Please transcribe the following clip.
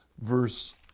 verse